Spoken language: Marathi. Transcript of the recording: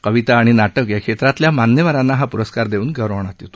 कविता आणि नाटक या क्षेत्रातल्या मान्यवरांना हा प्रस्कार देऊन गौरवण्यात येत